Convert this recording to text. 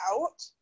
out